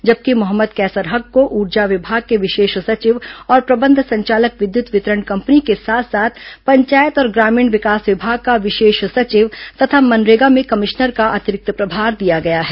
जबकि मोहम्मद कैसर हक को ऊर्जा विभाग के विशेष सचिव और प्रबंध संचालक विद्युत वितरण कंपनी के साथ साथ पंचायत और ग्रामीण विकास विभाग का विशेष सचिव तथा मनरेगा में कमिश्नर का अतिरिक्त प्रभार दिया गया है